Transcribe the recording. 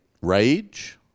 rage